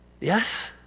Yes